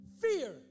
Fear